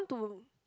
to